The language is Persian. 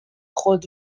خود